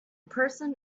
person